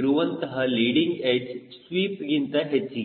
ಇರುವಂತಹ leading edge ಸ್ವೀಪ್ಗಿಂತ ಹೆಚ್ಚಿಗೆ